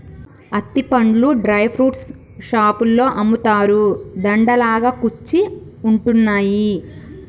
అత్తి పండ్లు dry fruits షాపులో అమ్ముతారు, దండ లాగా కుచ్చి ఉంటున్నాయి